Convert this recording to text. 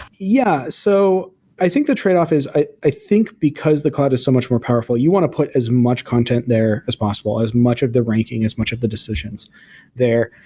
yeah, so i think the trade-off is i i think because the cloud is so much more powerful, you want to put as much content there as possible, as much of the ranking, as much of the decisions there,